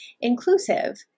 inclusive